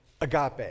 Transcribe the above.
agape